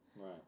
Right